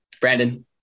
Brandon